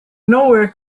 nowhere